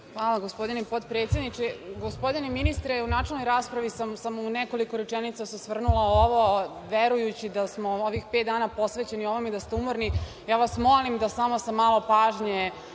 Hvala, gospodine potpredsedniče. Gospodine ministre, i u načelnoj raspravi sam se u nekoliko rečenica osvrnula na ovo. Verujući da smo ovih pet dana posvećeni ovome i da ste umorni, ja vas molim da samo sa malo pažnje